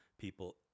people